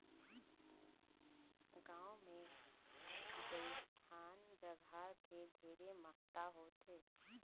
गांव मे दइहान जघा के ढेरे महत्ता होथे